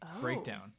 Breakdown